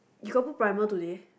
you got put primer today